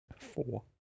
four